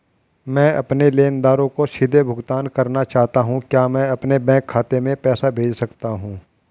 मैं अपने लेनदारों को सीधे भुगतान करना चाहता हूँ क्या मैं अपने बैंक खाते में पैसा भेज सकता हूँ?